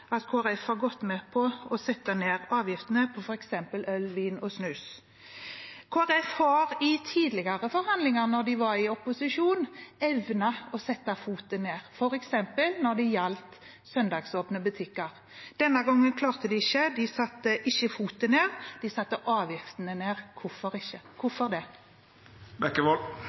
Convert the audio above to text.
da de var i opposisjon, evnet å sette foten ned, f.eks. når det gjaldt søndagsåpne butikker. Denne gangen klarte de det ikke. De satte ikke foten ned. De satte avgiftene ned. Hvorfor det? Man skal i hvert fall ikke bruke et folkehelseargument for å argumentere for de avgiftslettelsene som budsjettet inneholder. Det